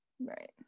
right